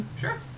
Sure